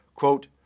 Quote